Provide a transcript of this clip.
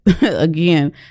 again